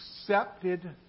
accepted